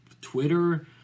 Twitter